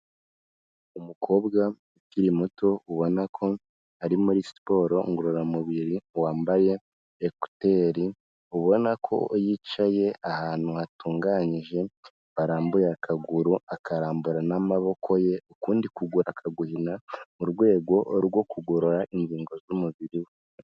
Umukobwa ukiri muto ubona ko ari muri siporo ngororamubiri, wambaye ekuteri ubona ko yicaye ahantu hatunganyije, warambuye akaguru akarambura n'amaboko ye, ukundi kuguru akaguhina mu rwego rwo kugorora ingingo z'umubiri we.